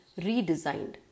redesigned